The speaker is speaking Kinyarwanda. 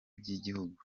by’igihugu